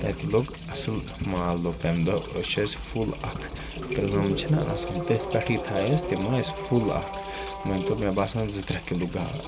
تَتہِ لوٚگ اَصٕل مال لوٚگ تَمہِ دۄہ أسۍ چھِ اَسہِ فُل اکھ تِم چھِنہ اَصٕل تٔتھۍ پٮ۪ٹھٕے تھایہِ اَسہِ تِم ٲسۍ فُل اکھ مٲنتو مےٚ باسان زٕ ترٛےٚ کِلوٗ گاڈٕ